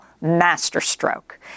masterstroke